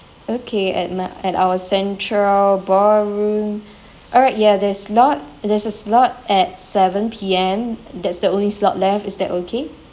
okay at my at our central ballroom alright ya the slot there's a slot at seven P_M that's the only slot left is that okay